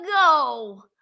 go